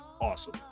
awesome